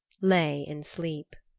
lay in sleep.